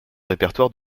répertoire